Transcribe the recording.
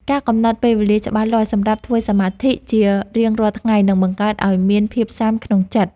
ការកំណត់ពេលវេលាច្បាស់លាស់សម្រាប់ធ្វើសមាធិជារៀងរាល់ថ្ងៃនឹងបង្កើតឱ្យមានភាពស៊ាំក្នុងចិត្ត។